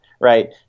Right